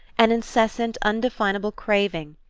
an incessant undefinable craving,